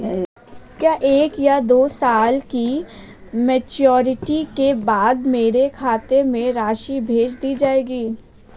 क्या एक या दो साल की मैच्योरिटी के बाद मेरे खाते में राशि भेज दी जाएगी?